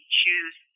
choose